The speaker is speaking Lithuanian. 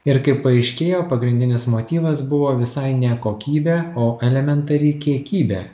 ir kaip paaiškėjo pagrindinis motyvas buvo visai ne kokybė o elementari kiekybė